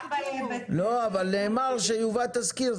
אבל נאמר שיובא תזכיר.